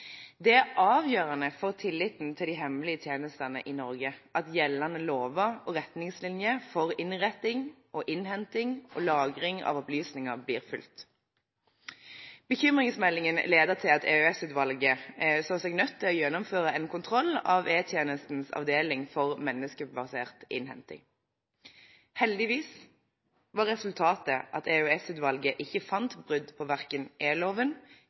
Det er avgjørende for tilliten til de hemmelige tjenestene i Norge at gjeldende lover og retningslinjer for innretting og innhenting og lagring av opplysninger blir fulgt. Bekymringsmeldingen ledet til at EOS-utvalget så seg nødt til å gjennomføre en kontroll av E-tjenestens avdeling for menneskebasert innhenting. Heldigvis var resultatet at EOS-utvalget ikke fant brudd på verken